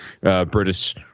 British